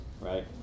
right